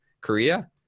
Korea